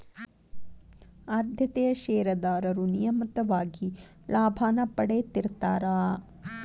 ಆದ್ಯತೆಯ ಷೇರದಾರರು ನಿಯಮಿತವಾಗಿ ಲಾಭಾನ ಪಡೇತಿರ್ತ್ತಾರಾ